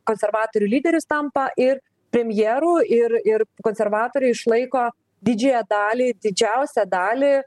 konservatorių lyderis tampa ir premjeru ir ir konservatoriai išlaiko didžiąją dalį didžiausią dalį